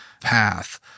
path